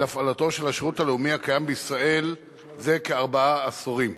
להפעלתו של השירות הלאומי הקיים בישראל זה כארבעה עשורים.